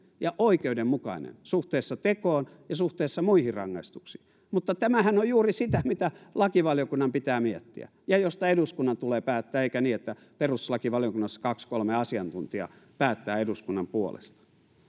ja oikeudenmukainen suhteessa tekoon ja suhteessa muihin rangaistuksiin mutta tämähän on juuri sitä mitä lakivaliokunnan pitää miettiä ja mistä eduskunnan tulee päättää eikä niin että perustuslakivaliokunnassa kaksi kolme asiantuntijaa päättää eduskunnan puolesta